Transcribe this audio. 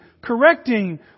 correcting